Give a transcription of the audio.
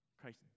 Christ